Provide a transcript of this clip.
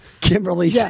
Kimberly